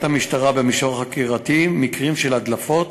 המשטרה במישור החקירתי מקרים של הדלפות,